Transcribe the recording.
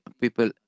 people